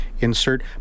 insert